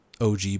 OG